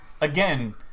again